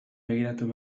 begiratu